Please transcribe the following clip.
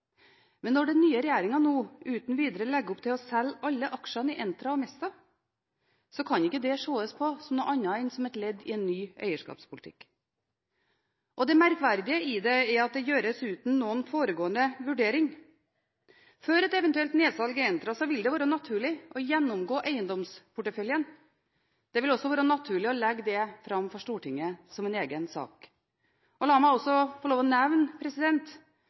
Men når den nye regjeringen nå uten videre legger opp til å selge alle aksjene i Entra og Mesta, kan ikke det ses på som noe annet enn et ledd i en ny eierskapspolitikk. Det merkverdige i det, er at det gjøres uten noen forutgående vurdering. Før et eventuelt nedsalg i Entra, ville det vært naturlig å gjennomgå eiendomsporteføljen. Det ville også vært naturlig å legge det fram for Stortinget som en egen sak. La meg også få lov til å nevne